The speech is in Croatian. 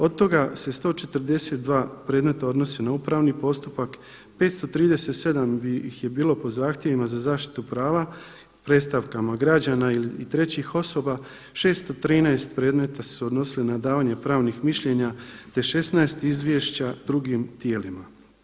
Od toga se 142 predmeta odnosi na upravni postupak, 537 ih je bilo po zahtjevima za zaštitu prava predstavkama građana i trećih osoba, 613 predmeta su se odnosili na davanje pravnih mišljenja, te 16 izvješća drugim tijelima.